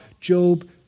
Job